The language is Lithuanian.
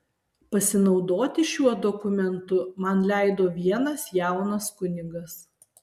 pasinaudoti šiuo dokumentu man leido vienas jaunas kunigas